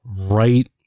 right